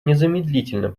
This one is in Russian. незамедлительно